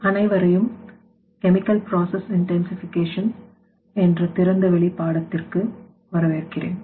அனைவரையும் chemical process intensification என்ற திறந்தவெளி பாடத்திற்கு வரவேற்கிறேன்